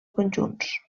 conjunts